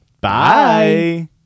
Bye